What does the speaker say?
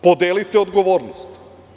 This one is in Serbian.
Podelite odgovornost.